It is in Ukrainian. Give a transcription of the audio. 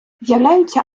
з’являються